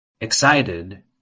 Excited